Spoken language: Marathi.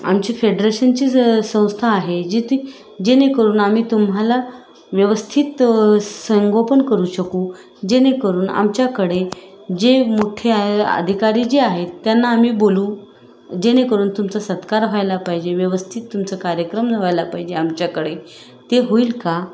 आमची फेडरेशनची ज संस्था आहे जिथे जेणेकरून आम्ही तुम्हाला व्यवस्थित संगोपन करू शकू जेणेकरून आमच्याकडे जे मोठे अधिकारी जे आहेत त्यांना आम्ही बोलवू जेणेकरून तुमचा सत्कार व्हायला पाहिजे व्यवस्थित तुमचं कार्यक्रम व्हायला पाहिजे आमच्याकडे ते होईल का